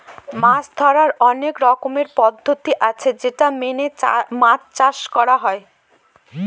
মাছ ধরার অনেক রকমের পদ্ধতি আছে যেটা মেনে মাছ চাষ করা হয়